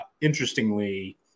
interestingly